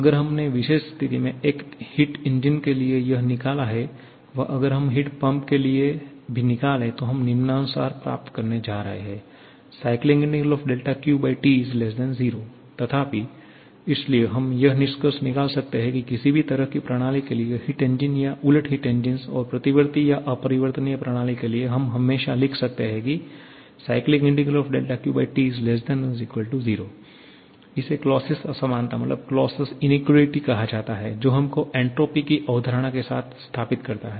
अगर हमने विशेष स्थिति में एक हीट इंजन के लिए यह निकाला है वह अगर हम हीट पंप के लिए भी निकाले तो हम निम्नानुसार प्राप्त करने जा रहे हैं QT 0 तथापि इसलिए हम यह निष्कर्ष निकाल सकते हैं कि किसी भी तरह की प्रणाली के लिए हिट इंजन या उलट हिट इंजन और प्रतिवर्ती या अपरिवर्तनीय प्रणाली के लिए हम हमेशा लिख सकते हैं की QT 0 इसे क्लॉसियस असमानता कहा जाता है जो हमको एंट्रोपी की अवधारणा के साथ स्थापित करता है